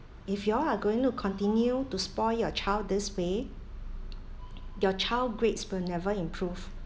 if y'all are going to continue to spoil your child this way your child grades will never improve